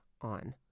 on